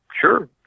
sure